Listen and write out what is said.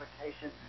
application